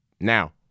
now